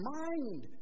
mind